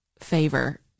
favor